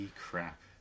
crap